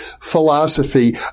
philosophy